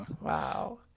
wow